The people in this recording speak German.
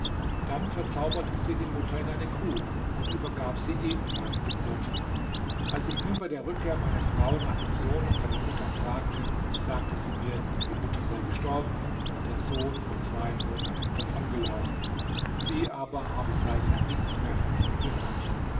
dann verzauberte sie die mutter in eine kuh und übergab sie ebenfalls den hirten als ich nun bei der rückkehr meine frau nach dem sohn und seiner mutter fragte sagte sie mir die mutter sei gestorben und der sohn vor zwei monaten davongelaufen sie aber habe seither nichts mehr von ihm gehört